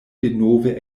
denove